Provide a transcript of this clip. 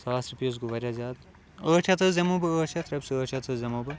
ساس رۄپیہِ حٕظ گوٚو واریاہ زیادٕ ٲٹھ شیٚتھ حٕظ دِمو بہٕ ٲٹھ شیٚتھ رۄپیہِ ٲٹھ شیٚتھ حٕظ دِمو بہٕ